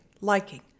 liking